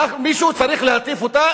אנחנו מישהו צריך להטיף לנו